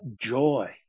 joy